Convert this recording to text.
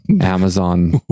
Amazon